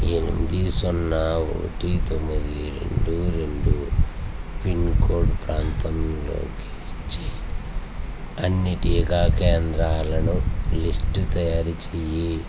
ఎనిమిది సున్నా ఒకటి తొమ్మిది రెండు రెండు పిన్ కోడ్ ప్రాంతంలోకి వచ్చే అన్ని టీకా కేంద్రాలను లిస్టు తయారుచేయి